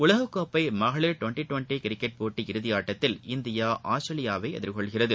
உலகக்கோப்பை மகளிர் twenty twenty cricket போட்டி இறுதி ஆட்டத்தில் இந்தியா ஆஸ்திரேலியாவை எதிர்கொள்கிறது